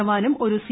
ജവാനും ഒരു സി